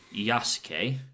Yasuke